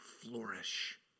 flourish